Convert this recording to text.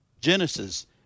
Genesis